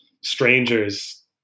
strangers